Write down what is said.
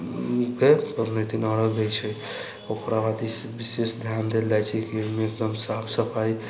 फेर अगले दिन अर्घ देइ छै ओकरा बाद ई विशेष ध्यान देल जाइत छै कि ओहिमे एकदम साफ सफाइ